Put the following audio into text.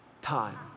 time